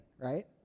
right